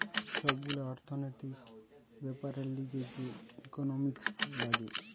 সব গুলা অর্থনৈতিক বেপারের লিগে যে ইকোনোমিক্স লাগে